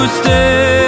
stay